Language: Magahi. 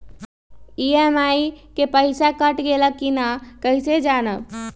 ई.एम.आई के पईसा कट गेलक कि ना कइसे हम जानब?